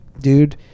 dude